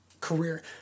career